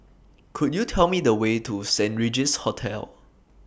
Could YOU Tell Me The Way to Saint Regis Hotel